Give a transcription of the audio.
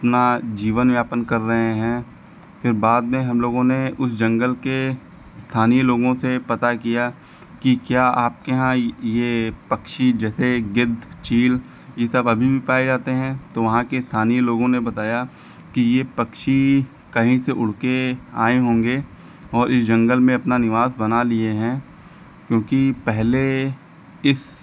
अपना जीवन यापन कर रहे हैं फ़िर बाद में हम लोगों ने उस जंगल के स्थानीय लोगों से पता किया कि क्या आपके यहाँ यह पक्षी जैसे गिद्ध चील यह सब अभी भी पाए जाते हैं तो वहाँ के स्थानीय लोगों ने बताया कि यह पक्षी कहीं से उड़ के आए होंगे और यह जंगल में अपना निवास बना लिए हैं क्योंकि पहले इस